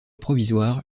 provisoire